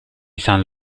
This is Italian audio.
san